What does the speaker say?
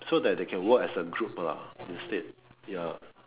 so that they can work as a group lah instead ya